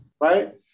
right